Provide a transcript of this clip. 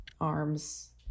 arms